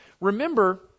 Remember